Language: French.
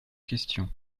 questions